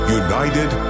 united